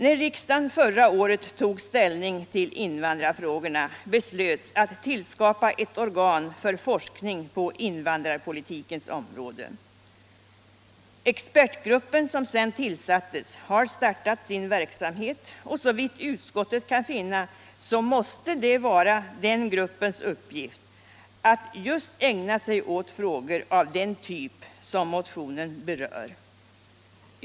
När riksdagen förra året tog ställning till invandrarfrågorna beslöts att tillskapa ett organ för forskning på invandrarpolitikens område. Expertgruppen som sedan tillsattes har startat sin verksamhet, och såvitt utskottet kan finna måste det vara den gruppens uppgift att ägna sig åt just frågor av den typ som motionen berör.